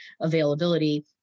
availability